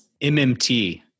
MMT